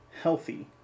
healthy